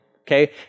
Okay